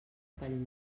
pel